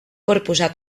corpusa